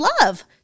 love